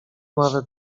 nawet